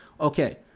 Okay